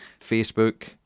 Facebook